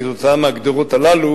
כתוצאה מהגדרות הללו,